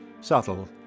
subtle